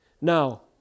Now